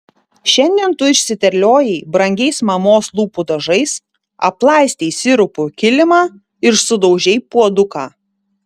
šiandien tu išsiterliojai brangiais mamos lūpų dažais aplaistei sirupu kilimą ir sudaužei puoduką